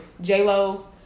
J-Lo